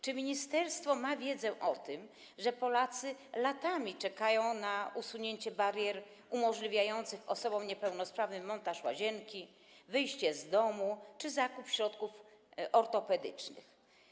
Czy ministerstwo ma wiedzę o tym, że Polacy latami czekają na usunięcie barier, które umożliwi osobom niepełnosprawnym montaż łazienki, wyjście z domu czy zakup środków ortopedycznych?